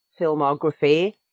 filmography